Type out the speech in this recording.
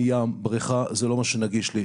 ים ובריכה זה לא מה שנגיש לי.